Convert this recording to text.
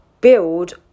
build